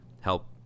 help